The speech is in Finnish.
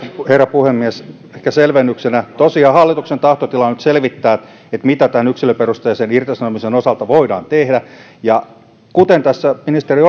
puhemies ehkä selvennyksenä tosiaan hallituksen tahtotila on nyt selvittää mitä tämän yksilöperusteisen irtisanomisen osalta voidaan tehdä ja kuten tässä ministeri